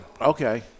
Okay